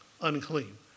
unclean